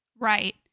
Right